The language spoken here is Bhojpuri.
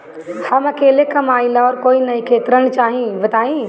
हम अकेले कमाई ला और कोई नइखे ऋण चाही बताई?